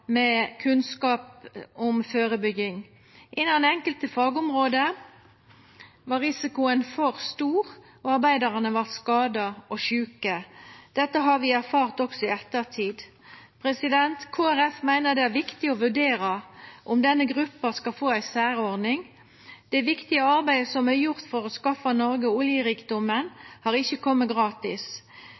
med kunnskap om førebygging. Innan enkelte fagområde var risikoen for stor, og arbeidarar vart skada og sjuke. Dette har vi erfart også i ettertid. Kristeleg Folkeparti meiner det er viktig å vurdera om denne gruppa skal få ei særordning. Det viktige arbeidet som er gjort for å skaffa Noreg oljerikdomen, har ikkje kome gratis.